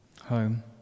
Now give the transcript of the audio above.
Home